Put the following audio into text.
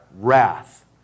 Wrath